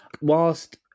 Whilst